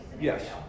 Yes